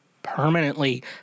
permanently